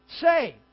say